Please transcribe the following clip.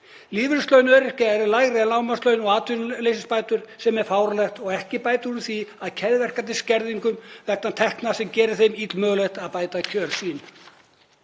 Lífeyrislaun öryrkja eru lægri en lágmarkslaun og atvinnuleysisbætur sem er fáránlegt og ekki bæta úr skák keðjuverkandi skerðingar vegna tekna sem gerir þeim illmögulegt að bæta kjör sín.